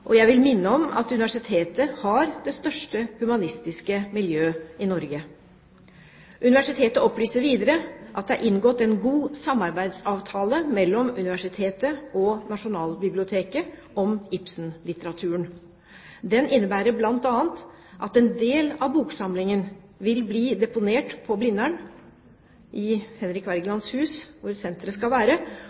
og jeg vil minne om at universitetet har det største humanistiske miljø i Norge. Universitetet opplyser videre at det er inngått en god samarbeidsavtale mellom universitetet og Nasjonalbiblioteket om Ibsen-litteraturen. Den innebærer bl.a. at en del av boksamlingen vil bli deponert på Blindern, i Henrik Wergelands hus, hvor senteret skal være,